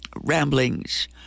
ramblings